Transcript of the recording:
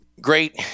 Great